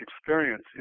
experience